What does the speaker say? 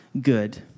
good